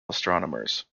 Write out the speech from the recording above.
astronomers